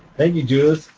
and you judith.